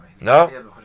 No